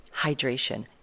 hydration